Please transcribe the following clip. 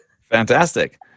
Fantastic